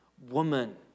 woman